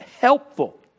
helpful